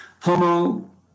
homo